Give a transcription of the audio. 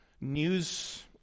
news